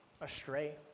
astray